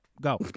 go